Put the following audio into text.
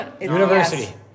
University